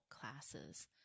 classes